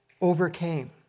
overcame